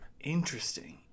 Interesting